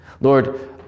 Lord